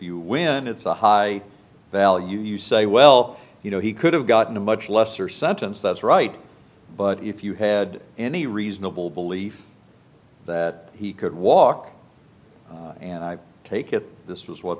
you win it's a high value you say well you know he could have gotten a much lesser sentence that's right but if you had any reasonable belief that he could walk and take it this was what